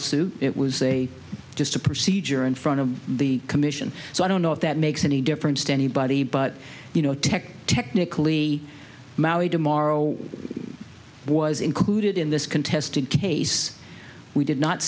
suit it was a just a procedure in front of the commission so i don't know if that makes any difference to anybody but you know tech technically maui tomorrow was in could you did in this contested case we did not